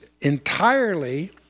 entirely